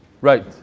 Right